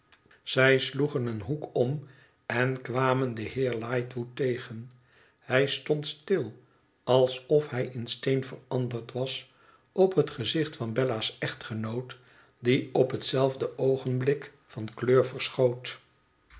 zij sloegen een hoek om en kwamen den heer lightwood tegen hij stond stil alsof hij in steen veranderd was op het gezicht van bella's echtgenoot die op hetzelfde oogenblik van kleur verschoot